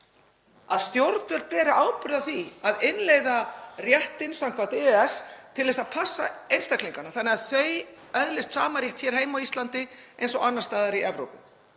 að stjórnvöld beri ábyrgð á því að innleiða réttinn samkvæmt EES til að passa einstaklingana þannig að þeir öðlist sama rétt hér heima á Íslandi eins og annars staðar í Evrópu.